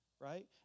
right